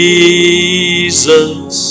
Jesus